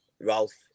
Ralph